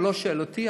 הוא לא שואל אותי,